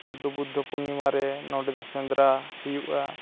ᱚᱱᱟᱫᱚ ᱵᱩᱫᱽᱫᱷᱚ ᱯᱩᱨᱱᱤᱢᱟ ᱨᱮ ᱱᱚᱸᱰᱮ ᱫᱚ ᱥᱮᱸᱫᱽᱨᱟ ᱦᱩᱭᱩᱜᱼᱟ